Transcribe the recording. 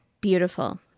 Beautiful